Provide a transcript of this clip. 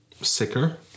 sicker